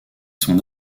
son